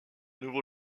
nouveau